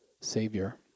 Savior